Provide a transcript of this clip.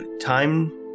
Time